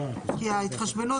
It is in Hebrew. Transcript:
כי ההתחשבנות,